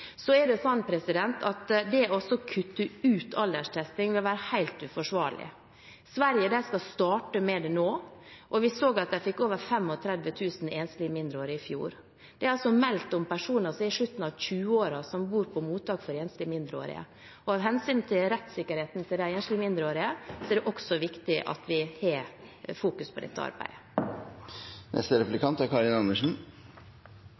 Det å kutte ut alderstesting vil være helt uforsvarlig. Sverige skal starte med det nå, og vi så at de fikk over 35 000 enslige mindreårige i fjor. Det er meldt om personer som er i slutten av 20-årene som bor på mottak for enslige mindreårige, og av hensyn til rettssikkerheten til de enslige mindreårige er det også viktig at vi fokuserer på dette arbeidet.